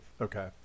Okay